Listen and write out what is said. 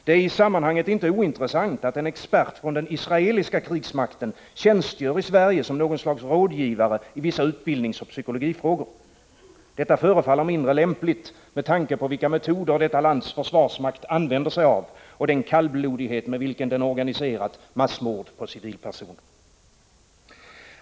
Det är i sammanhanget inte ointressant att en expert från den israeliska krigsmakten tjänstgör i Sverige som något slags rådgivare i vissa utbildningsoch psykologifrågor. Detta förefaller mindre lämpligt, med tanke på vilka metoder detta lands försvarsmakt använder sig av och den kallblodighet med vilken den organiserat massmord på civila personer.